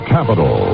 Capital